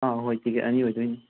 ꯑꯥ ꯍꯣꯏ ꯇꯤꯀꯦꯠ ꯑꯅꯤ ꯑꯣꯏꯗꯣꯏꯅꯤ